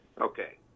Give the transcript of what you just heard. Okay